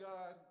God